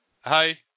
Hi